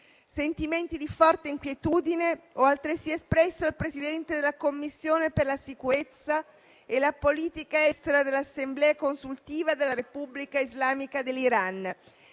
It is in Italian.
Sentimenti di forte inquietudine ho altresì espresso al Presidente della Commissione per la sicurezza e la politica estera dell'Assemblea consultiva della Repubblica islamica dell'Iran,